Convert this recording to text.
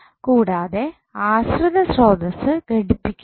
കൂടാതെ ആശ്രിത സ്രോതസ്സ് ഘടിപ്പിക്കണം